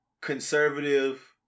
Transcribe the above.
conservative